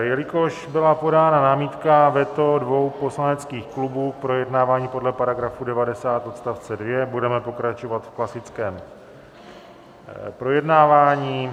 Jelikož byla podána námitka, veto dvou poslaneckých klubů projednávání podle § 90 odst. 2, budeme pokračovat v klasickém projednávání.